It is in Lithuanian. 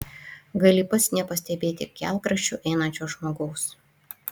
gali pats nepastebėti kelkraščiu einančio žmogaus